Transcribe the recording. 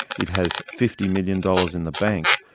it has fifty million dollars in the bank,